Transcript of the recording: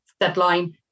deadline